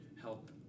help